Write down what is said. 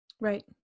Right